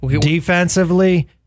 defensively